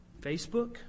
Facebook